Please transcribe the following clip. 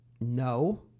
No